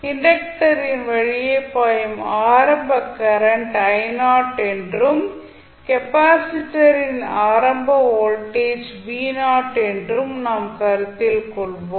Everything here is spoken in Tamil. இண்டக்டரின் வழியே பாயும் ஆரம்ப கரண்ட் என்றும் கெப்பாசிட்டரின் ஆரம்ப வோல்டேஜ் என்றும் நாம் கருத்தில் கொள்வோம்